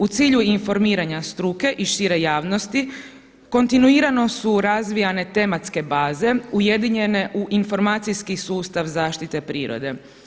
U cilju informiranja struke i šire javnosti kontinuirano su razvijane tematske baze ujedinjene u informacijski sustav zaštite prirode.